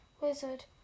wizard